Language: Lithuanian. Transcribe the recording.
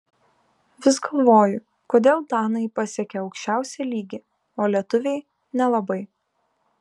vis galvoju kodėl danai pasiekią aukščiausią lygį o lietuviai nelabai